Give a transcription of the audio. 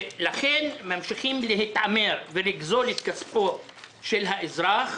לכן ממשיכים להתעמר ולגזול את כספו של האזרח,